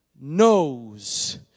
knows